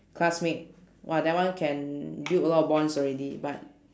classmate !wah! that one can build a lot of bonds already but